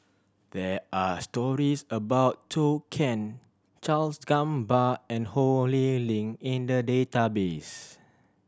there are stories about Zhou Can Charles Gamba and Ho Lee Ling in the database